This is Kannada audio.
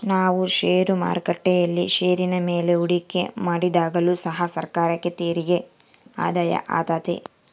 ನಾವು ಷೇರು ಮಾರುಕಟ್ಟೆಯಲ್ಲಿ ಷೇರಿನ ಮೇಲೆ ಹೂಡಿಕೆ ಮಾಡಿದಾಗಲು ಸಹ ಸರ್ಕಾರಕ್ಕೆ ತೆರಿಗೆ ಆದಾಯ ಆತೆತೆ